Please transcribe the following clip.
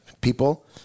people